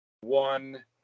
one